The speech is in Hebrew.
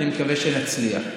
אני מקווה שנצליח.